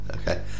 Okay